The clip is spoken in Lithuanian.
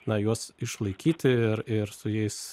na juos išlaikyti ir ir su jais